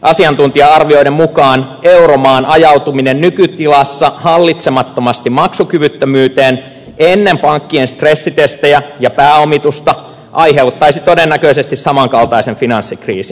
asiantuntija arvioiden mukaan euromaan ajautuminen nykytilassa hallitsemattomasti maksukyvyttömyyteen ennen pankkien stressitestejä ja pääomitusta aiheuttaisi todennäköisesti samankaltaisen finanssikriisin